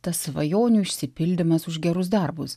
tas svajonių išsipildymas už gerus darbus